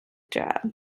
job